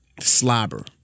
Slobber